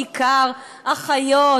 בעיקר אחיות,